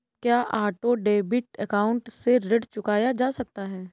क्या auto debit account से ऋण चुकाया जा सकता है?